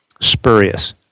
spurious